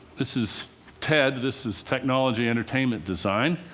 this is ted this is technology, entertainment, design,